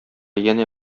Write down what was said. янә